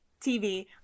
tv